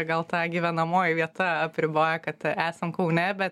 gal tą gyvenamoji vieta apriboja kad esam kaune bet